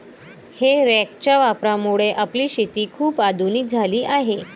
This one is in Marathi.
हे रॅकच्या वापरामुळे आपली शेती खूप आधुनिक झाली आहे